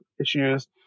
issues